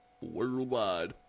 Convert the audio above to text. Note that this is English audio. Worldwide